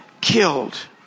killed